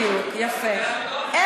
לא חושבים רק על ערבים.